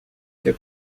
que